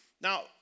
Now